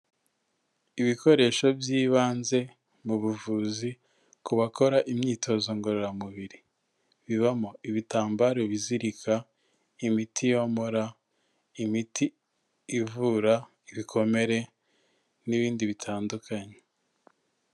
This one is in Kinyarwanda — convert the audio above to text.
Ibikoresho by'ibanze mu buvuzi ku bakora imyitozo ngororamubiri bibamo ibitambaro bizirika, imiti yomora, imiti ivura ibikomere n'ibindi bitandukanye.